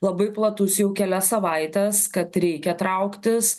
labai platus jau kelias savaites kad reikia trauktis